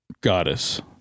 goddess